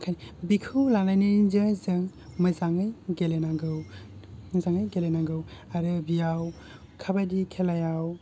ओंखायनो बिखौ लानानैनो जों मोजाङै गेलेनांगौ मोजाङै गेलेनांगौ आरो बियाव काबादि खेलायाव